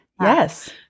Yes